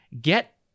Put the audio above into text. get